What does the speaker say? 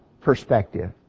perspective